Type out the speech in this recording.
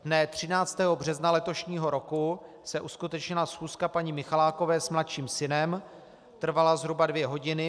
Dne 13. března letošního roku se uskutečnila schůzka paní Michalákové s mladším synem, trvala zhruba dvě hodiny.